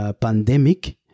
pandemic